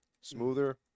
Smoother